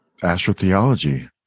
astrotheology